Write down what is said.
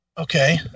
okay